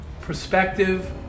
perspective